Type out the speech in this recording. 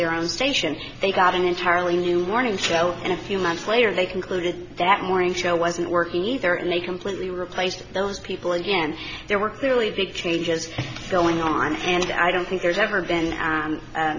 their own station they got an entirely new learning child and a few months later they concluded that morning show wasn't working either and they completely replaced those people again there were clearly big changes going on and i don't think there's ever been